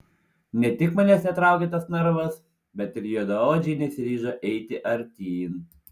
ne tik manęs netraukė tas narvas bet ir juodaodžiai nesiryžo eiti artyn